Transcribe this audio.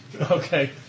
Okay